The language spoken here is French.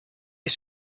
est